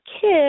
kid